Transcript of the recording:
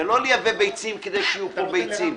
זה לא לייבא ביצים כדי שיהיו פה ביצים,